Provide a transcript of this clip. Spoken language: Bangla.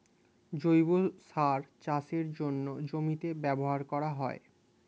জৈব সার চাষের জন্যে জমিতে ব্যবহার করা হয়